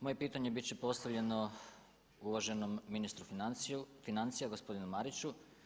Moje pitanje bit će postavljeno uvaženom ministru financija, gospodinu Mariću.